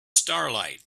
starlight